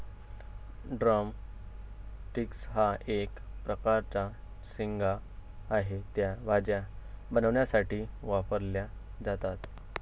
drum sticks हा एक प्रकारचा शेंगा आहे, त्या भाज्या बनवण्यासाठी वापरल्या जातात